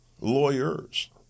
lawyers